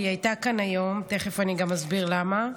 היא הייתה כאן היום, תכף אני גם אסביר למה.